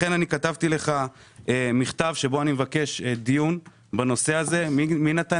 לכן אני כתבתי לך מכתב בו אני מבקש דיון בנושא הזה כדי לדעת מי נתן